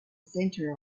center